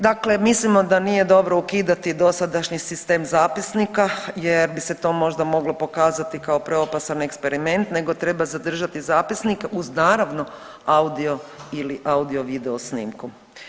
Dakle, mislimo da nije dobro ukidati dosadašnji sistem zapisnika jer bi se to možda moglo pokazati kao preopasan eksperiment nego treba zadržati zapisnik uz naravno audio ili audio video snimku.